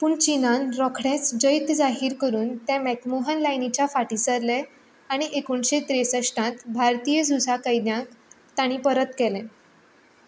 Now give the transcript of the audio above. पूण चीनान रोखडेंच जैत जाहीर करून ते मॅकमहोन लायनिच्या फाटी सरले आनी एकोणशे त्रेसश्ठात भारतीय झुजा कैद्यांक तांणी परत केले